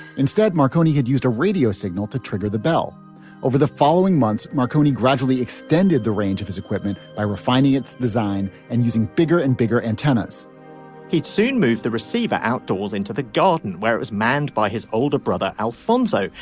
instead marconi had used a radio signal to trigger the bell over the following months. marconi gradually extended the range of his equipment by refining its design and using bigger and bigger antennas he soon moved the receiver outdoors into the garden where it was manned by his older brother alfonso.